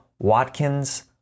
Watkins